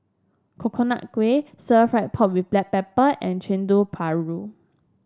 Coconut Kuih stir fry pork with Black Pepper and chendeng paru ru